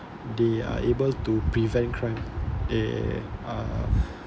they are able to prevent crime they are